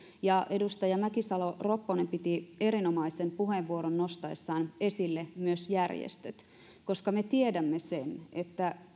edustaja mäkisalo ropponen piti erinomaisen puheenvuoron nostaessaan esille myös järjestöt me tiedämme sen että